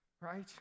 right